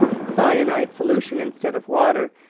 cyanide solution, instead of water,